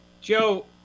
Joe